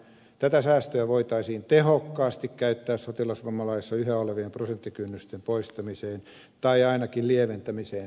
tätä säästöä voitaisiin tehokkaasti käyttää sotilasvammalaissa yhä olevien prosenttikynnysten poistamiseen tai ainakin lieventämiseen portaittain